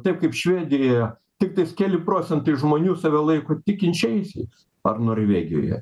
taip kaip švedijoje tiktais keli procentai žmonių save laiko tikinčiaisiais ar norvegijoje